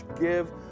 give